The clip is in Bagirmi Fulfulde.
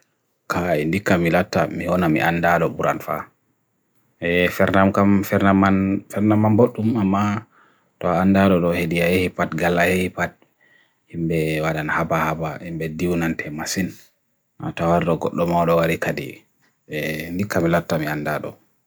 kaya indika milata mio nami andaro buranfa. E, fernam kama, fernam man, fernam man burtum ama toa andaro lo hedia ehipat, gala ehipat himbe wadan haba haba, himbe dhiw nante masin. Na toa rogok domo rohare kadi. E, indika milata mi andaro.